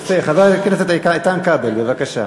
יפה, חבר הכנסת איתן כבל, בבקשה.